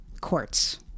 courts